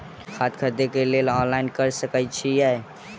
खाद खरीदे केँ लेल ऑनलाइन कऽ सकय छीयै?